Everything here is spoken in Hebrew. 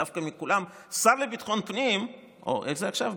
דווקא מכולם שר לביטחון פנים או, איך זה עכשיו?